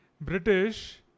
British